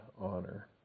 honor